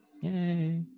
Yay